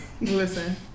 Listen